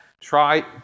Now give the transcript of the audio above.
try